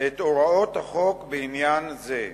את הוראות החוק בעניין זה.